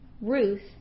Ruth